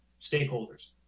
stakeholders